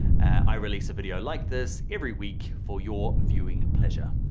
i release a video like this every week, for your viewing pleasure.